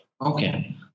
Okay